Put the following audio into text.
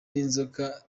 n’inzoka